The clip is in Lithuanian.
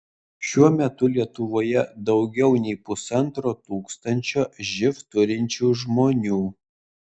šiuo metu lietuvoje daugiau nei pusantro tūkstančio živ turinčių žmonių